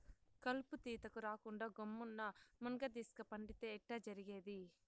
కలుపు తీతకు రాకుండా గమ్మున్న మున్గదీస్క పండితే ఎట్టా జరిగేది